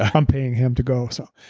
i'm paying him to go so